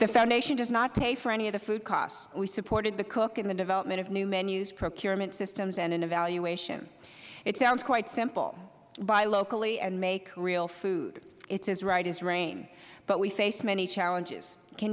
the foundation does not pay for any of the food costs we supported the cook in the development of new menus procurement systems and in evaluation it sounds quite simple buy locally and make real food it is as right as rain but we face many challenges can